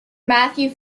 matthew